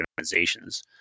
organizations